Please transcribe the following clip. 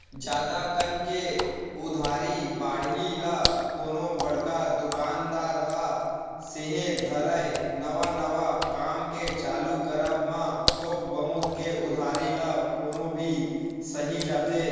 जादा कन के उधारी बाड़ही ल कोनो बड़का दुकानदार ह सेहे धरय नवा नवा काम के चालू करब म थोक बहुत के उधारी ल कोनो भी सहि जाथे